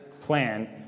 plan